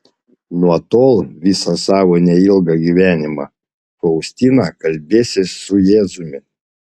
nuo tol visą savo neilgą gyvenimą faustina kalbėsis su jėzumi